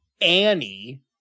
Annie